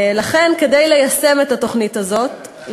לכן כדי ליישם את התוכנית הזאת,